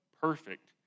perfect